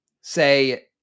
say